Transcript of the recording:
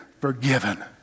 forgiven